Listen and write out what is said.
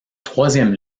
troisième